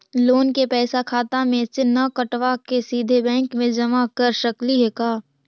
Loan के पैसा खाता मे से न कटवा के सिधे बैंक में जमा कर सकली हे का?